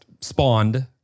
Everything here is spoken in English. spawned